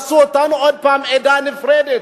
עשו אותנו עוד הפעם עדה נפרדת,